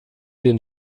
den